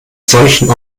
solchen